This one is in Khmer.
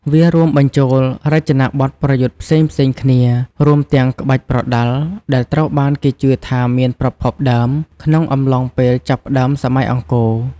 វារួមបញ្ចូលរចនាបទប្រយុទ្ធផ្សេងៗគ្នា រួមទាំង ក្បាច់ប្រដាល់ ដែលត្រូវបានគេជឿថាមានប្រភពដើមក្នុងអំឡុងពេលចាប់ផ្តើមសម័យអង្គរ។